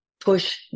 push